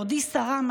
בעודי שרה יוצאת,